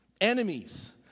Enemies